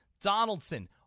Donaldson